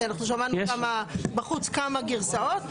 כי אנחנו שמענו בחוץ כמה גרסאות.